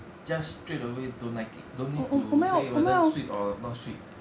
just straight away don't like it don't need to say whether sweet or not sweet